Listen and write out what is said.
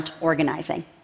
organizing